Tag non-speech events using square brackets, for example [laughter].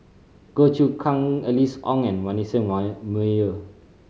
Goh Choon Kang Alice Ong and Manasseh [unintelligible] Meyer